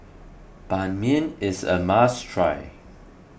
Ban Mian is a must try